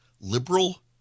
liberal